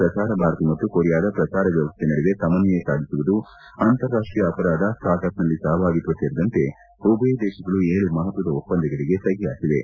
ಪ್ರಸಾರ ಭಾರತಿ ಮತ್ತು ಕೊರಿಯಾದ ಪ್ರಸಾರ ವ್ಯವಸ್ಥೆ ನಡುವೆ ಸಮನ್ವಯ ಸಾಧಿಸುವುದು ಅಂತಾರಾಷ್ಟೀಯ ಅಪರಾಧ ಸ್ಟಾರ್ಟ್ಪ್ನಲ್ಲಿ ಸಹಭಾಗಿತ್ವ ಸೇರಿದಂತೆ ಉಭಯ ದೇಶಗಳು ಏಳು ಮಹತ್ವದ ಒಪ್ಪಂದಗಳಿಗೆ ಸಹಿ ಹಾಕಿವೆ